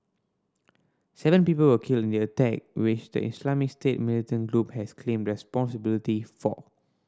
seven people were killed in the attack which the Islamic State militant group has claimed responsibility for